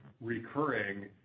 recurring